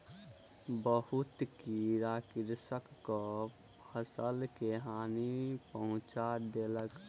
बहुत कीड़ा कृषकक फसिल के हानि पहुँचा देलक